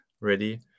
ready